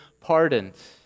pardoned